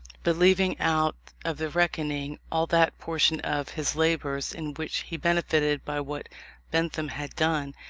but, leaving out of the reckoning all that portion of his labours in which he benefited by what bentham had done,